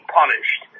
punished